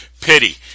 pity